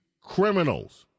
criminals